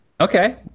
Okay